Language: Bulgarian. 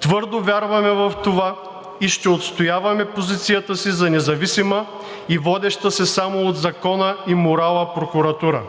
Твърдо вярваме в това и ще отстояваме позицията си за независима и водеща се само от закона и морала прокуратура.